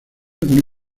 una